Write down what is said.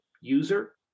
user